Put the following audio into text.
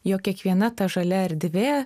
jog kiekviena ta žalia erdvė